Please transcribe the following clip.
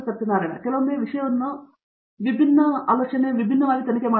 Satyanarayana N Gummadi ಕೆಲವೊಮ್ಮೆ ಈ ವಿಷಯವನ್ನು ವಿಭಿನ್ನ ಆಲೋಚನೆ ವಿಭಿನ್ನವಾಗಿ ತನಿಖೆ ಮಾಡಬೇಕು